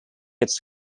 its